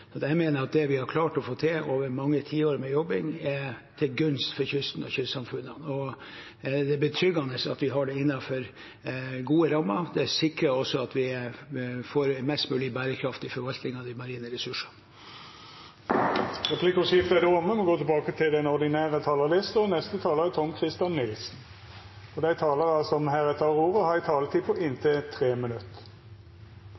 Jeg mener at det vi har klart å få til over mange tiår med jobbing, er til gunst for kysten og kystsamfunnene, og det er betryggende at vi har det innenfor gode rammer. Det sikrer også at vi får mest mulig bærekraft i forvaltningen av de marine ressursene. Replikkordskiftet er omme.